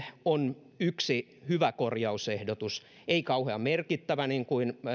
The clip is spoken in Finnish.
on yksi hyvä korjausehdotus ei kauhean merkittävä niin kuin